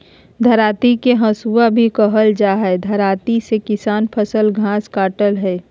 दरांती के हसुआ भी कहल जा हई, दरांती से किसान फसल, घास काटय हई